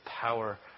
power